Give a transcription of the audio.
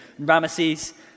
Ramesses